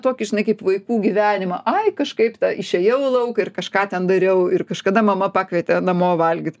tokį žinai kaip vaikų gyvenimą ai kažkaip tą išėjau į lauką ir kažką ten dariau ir kažkada mama pakvietė namo valgyt